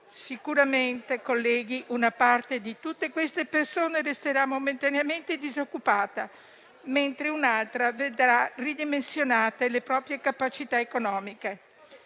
Sicuramente, colleghi, una parte di tutte queste persone resterà momentaneamente disoccupata, mentre un'altra vedrà ridimensionate le proprie capacità economiche.